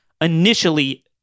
initially